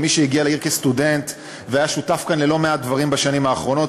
כמי שהגיע לעיר כסטודנט והיה שותף כאן ללא מעט דברים בשנים האחרונות,